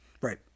Right